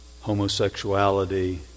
homosexuality